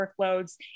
workloads